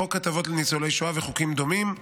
חוק הטבות לניצולי שואה וחוקים דומים.